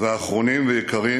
ואחרונים ויקרים